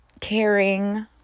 caring